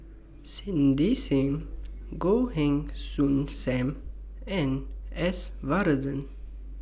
Cindy SIM Goh Heng Soon SAM and S Varathan